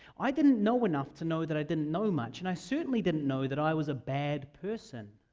i didn't know enough to know that i didn't know much, and i certainly didn't know that i was a bad person.